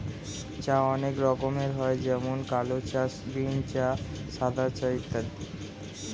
চা অনেক রকমের হয় যেমন কালো চা, গ্রীন চা, সাদা চা ইত্যাদি